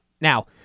Now